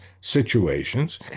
situations